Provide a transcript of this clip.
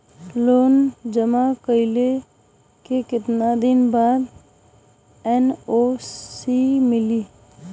Loan जमा कइले के कितना दिन बाद एन.ओ.सी मिली?